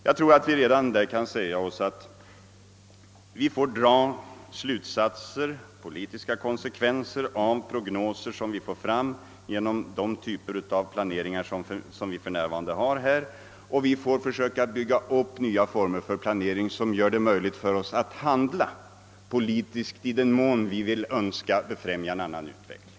Jag tror att vi därvidlag kan säga oss att vi får dra slutsatser, ta politiska konsekvenser, av prognoser som vi får fram genom de typer av planering som vi för närvarande har och att vi får försöka bygga upp nya former för planering som gör det möjligt för oss att handla politiskt i den mån vi önskar befrämja en annan utveckling.